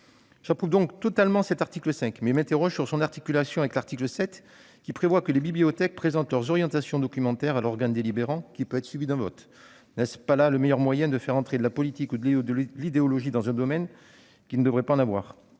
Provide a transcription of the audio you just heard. J'approuve donc totalement cet article 5, mais m'interroge sur son articulation avec l'article 7 : celui-ci prévoit que les bibliothèques présentent leurs orientations documentaires à l'organe délibérant, présentation qui peut être suivie d'un vote. N'est-ce pas là le meilleur moyen de faire entrer de la politique ou de l'idéologie dans un domaine qui ne devrait pas en avoir ?